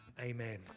Amen